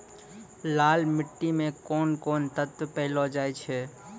लाल मिट्टी मे कोंन कोंन तत्व पैलो जाय छै?